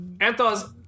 Anthos